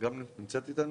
נמצא איתנו?